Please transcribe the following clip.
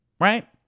Right